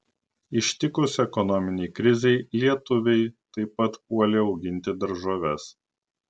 ištikus ekonominei krizei lietuviai taip pat puolė auginti daržoves